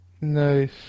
Nice